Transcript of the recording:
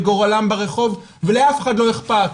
לגורלם ברחוב ולאף אחד לא אכפת,